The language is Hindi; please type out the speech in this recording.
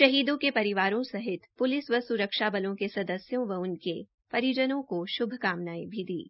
शहीदों के परिवारों सहित प्लिस व स्रक्षा बलों के सदस्यों व उनके परिजनों को श्भकामनायें दी है